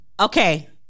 okay